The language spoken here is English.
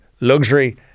luxury